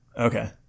Okay